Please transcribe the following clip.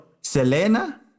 Selena